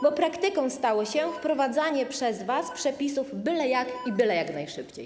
Bo praktyką stało się wprowadzanie przez was przepisów byle jak i byle jak najszybciej.